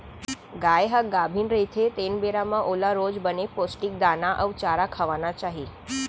गाय ह गाभिन रहिथे तेन बेरा म ओला रोज बने पोस्टिक दाना अउ चारा खवाना चाही